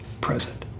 present